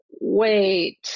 wait